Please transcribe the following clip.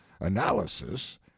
analysis